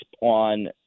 on